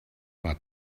but